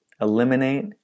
eliminate